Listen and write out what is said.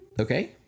Okay